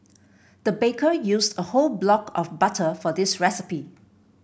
the baker used a whole block of butter for this recipe